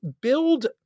build